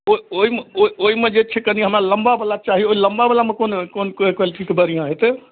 ओ ओहिमे ओहि ओहिमे जे छै कनि हमरा लम्बावला चाही ओहि लम्बावलामे कोन कोन क्वालिटीके बढ़िआँ हेतै